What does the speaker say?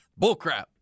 Bullcrap